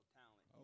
talent